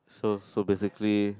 so so basically